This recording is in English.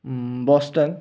Boston